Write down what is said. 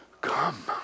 come